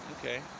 okay